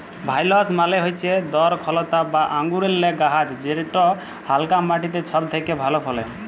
ভাইলস মালে হচ্যে দরখলতা বা আঙুরেল্লে গাহাচ যেট হালকা মাটিতে ছব থ্যাকে ভালো ফলে